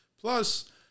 Plus